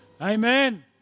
Amen